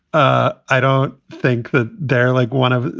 ah i don't think that they're like one of,